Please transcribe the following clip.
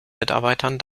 mitarbeitern